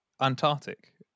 Antarctic